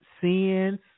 Sins